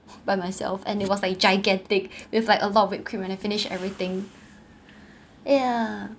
by myself and it was like gigantic with like a lot of whipped cream and I finished everything yeah